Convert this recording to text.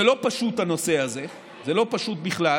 זה לא פשוט, הנושא הזה, זה לא פשוט בכלל,